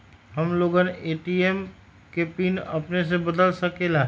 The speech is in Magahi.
हम लोगन ए.टी.एम के पिन अपने से बदल सकेला?